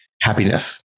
happiness